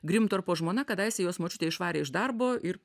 grimtorpo žmona kadaise jos močiutę išvarė iš darbo ir